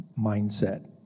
mindset